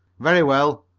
very well,